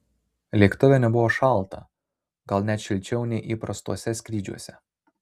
lėktuve nebuvo šalta gal net šilčiau nei įprastuose skrydžiuose